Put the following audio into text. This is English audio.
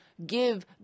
Give